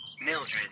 Mildred